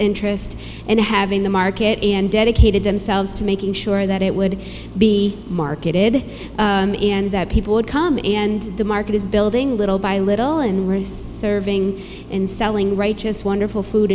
interest in having the market and dedicated themselves to making sure that it would be marketed and that people would come and the market is building little by little and wrist serving and selling righteous wonderful food